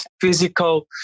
physical